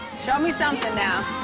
show me something now.